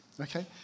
Okay